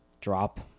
Drop